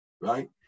right